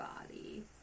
body